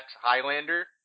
Highlander